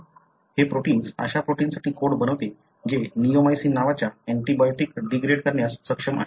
हे प्रोटिन्स अशा प्रोटिन्ससाठी कोड बनवते जे निओमायसिन नावाच्या एन्टीबायोटीक डिग्रेड करण्यास सक्षम आहे